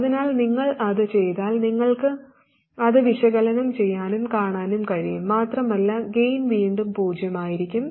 അതിനാൽ നിങ്ങൾ അത് ചെയ്താൽ നിങ്ങൾക്ക് അത് വിശകലനം ചെയ്യാനും കാണാനും കഴിയും മാത്രമല്ല ഗെയിൻ വീണ്ടും പൂജ്യമായിരിക്കും